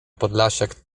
podlasiak